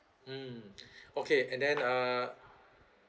mm okay and then uh